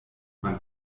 man